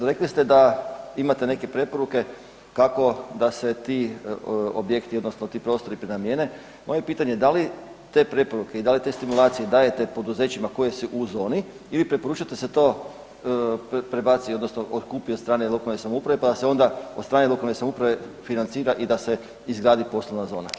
Rekli ste da imate neke preporuke kako da se ti objekti odnosno ti prostori prenamjene, moje pitanje, da li te preporuke i da li te stimulacije daje poduzećima koja su u zoni ili preporučate da se to prebaci odnosno otkupi od strane lokalne samouprave pa da se onda od strane lokalne samouprave financira i da se izgradi poslovna zona?